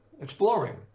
exploring